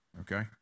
Okay